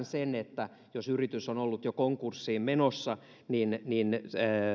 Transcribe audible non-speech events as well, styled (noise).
(unintelligible) sen tyyppiset tilanteet että yritys on ollut jo konkurssiin menossa